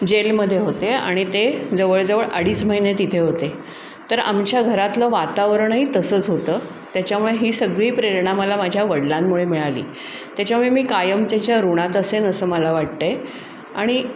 जेलमध्ये होते आणि ते जवळजवळ अडीच महिने तिथे होते तर आमच्या घरातलं वातावरणही तसंच होतं त्याच्यामुळे ही सगळी प्रेरणा मला माझ्या वडलांमुळे मिळाली त्याच्यामुळे मी कायम त्याच्या ऋणात असेन असं मला वाटत आहे आणि